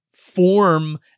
form